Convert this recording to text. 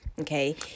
Okay